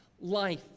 life